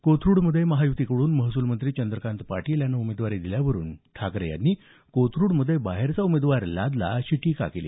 कोथरुडमध्ये महायुतीकडून महसूल मंत्री चंद्रकांत पाटील यांना उमेदवारी दिल्यावरुन ठाकरे यांनी कोथरुडमध्ये बाहेरचा उमेदवार लादला अशी टीका केली